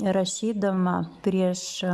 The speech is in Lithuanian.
rašydama prieš